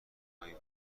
های